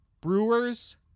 Brewers